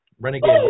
Renegade